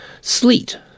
Sleet